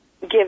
give